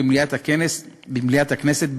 במליאת הכנסת,